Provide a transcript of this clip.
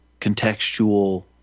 contextual